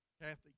Catholic